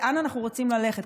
לאן אנחנו רוצים ללכת,